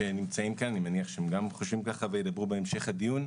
אני מניח שהם גם חושבים כך והם ידברו בהמשך הדיון.